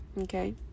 Okay